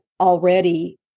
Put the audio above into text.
already